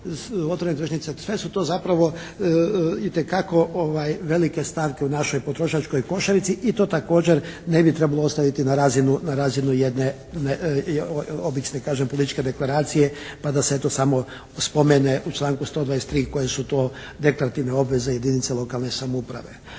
sve su to zapravo itekako velike stavke u našoj potrošačkoj košarici i to također ne bi trebalo ostaviti na razinu jedne obične kažem političke deklaracije pa da se eto samo spomene u članku 123. koje su to deklarativne obveze jedinica lokalne samouprave.